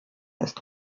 ist